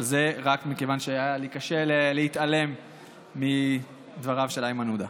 אבל זה רק מכיוון שהיה לי קשה להתעלם מדבריו של איימן עודה.